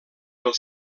pel